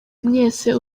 mwese